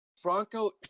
Franco